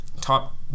top